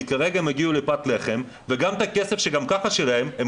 כי כרגע הם הגיעו לפת לחם וגם את הכסף שגם ככה הוא שלהם הם